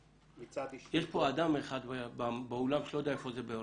יש כאן אדם אחד שלא יודע איפה זה בארותיים.